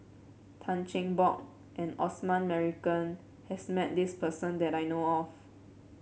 Tan Cheng Bock and Osman Merican has met this person that I know of